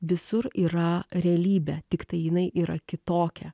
visur yra realybė tiktai jinai yra kitokia